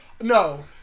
no